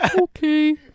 Okay